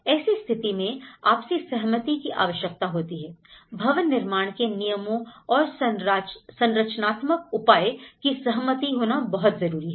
ऐसी स्थिति में आपसी सहमति की आवश्यकता होती है भवन निर्माण के नियमों और संरचनात्मक उपाय की सहमति होना बहुत जरूरी है